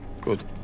Good